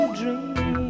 dream